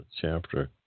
chapter